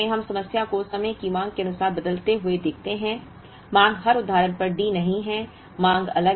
अब जिस समय हम समस्या को समय की मांग के अनुसार बदलते हुए देखते हैं मांग हर उदाहरण पर D नहीं है